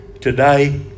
today